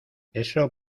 eso